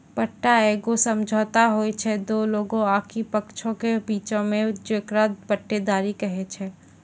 पट्टा एगो समझौता होय छै दु लोगो आकि पक्षों के बीचो मे जेकरा पट्टेदारी कही छै